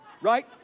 right